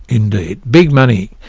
indeed. big money.